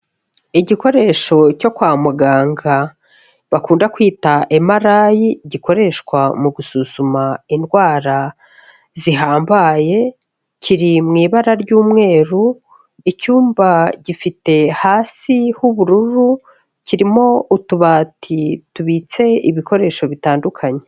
Igikoresho cyo kwa muganga bakunda kwita Emalayi gikoreshwa mu gusuzuma indwara zihambaye, kiri mu ibara ry'umweru, icyumba gifite hasi h'ubururu kirimo utubati tubitse ibikoresho bitandukanye.